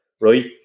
right